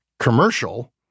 commercial